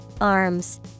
arms